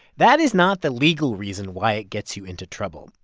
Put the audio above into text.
that is not the legal reason why it gets you into trouble.